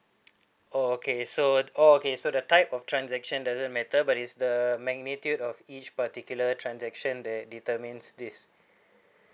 oh okay so oh okay so the type of transaction doesn't matter but it's the magnitude of each particular transaction that determines this